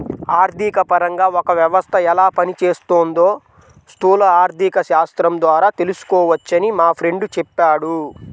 ఆర్థికపరంగా ఒక వ్యవస్థ ఎలా పనిచేస్తోందో స్థూల ఆర్థికశాస్త్రం ద్వారా తెలుసుకోవచ్చని మా ఫ్రెండు చెప్పాడు